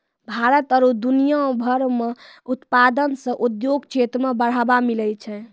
भारत आरु दुनिया भर मह उत्पादन से उद्योग क्षेत्र मे बढ़ावा मिलै छै